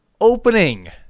opening